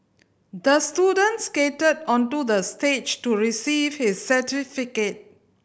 the student skated onto the stage to receive his certificate